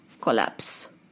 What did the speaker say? collapse